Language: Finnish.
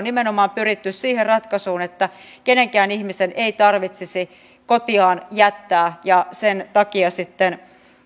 nimenomaan pyritty siihen ratkaisuun että kenenkään ihmisen ei tarvitsisi kotiaan jättää ja sen takia